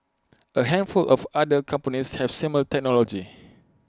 A handful of other companies have similar technology